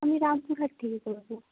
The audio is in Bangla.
আমি রামপুরহাট থেকে করবো